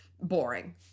boring